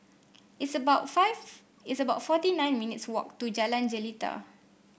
it's about five it's about forty nine minutes' walk to Jalan Jelita